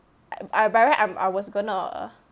I by right am I was gonna